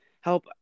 help